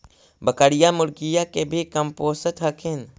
बकरीया, मुर्गीया के भी कमपोसत हखिन?